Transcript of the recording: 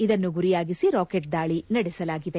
ಇದನ್ನು ಗುರಿಯಾಗಿಸಿ ರಾಕೆಟ್ ದಾಳಿ ನಡೆಸಲಾಗಿದೆ